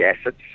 assets